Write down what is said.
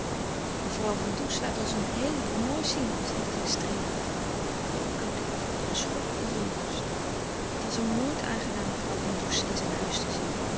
mevrouw van does laat ons een heele boel moois zien zeide zij streelend van oudijck voelde een schok in zijn borst louis couperus de stille kracht het was hem nooit aangenaam mevrouw van does in zijn huis te zien